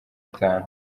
itanu